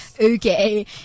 Okay